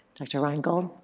dr. reingold?